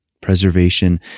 preservation